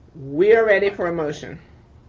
we are ready for emotion.